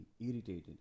irritated